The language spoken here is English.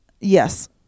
yes